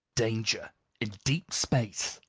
danger in deep space,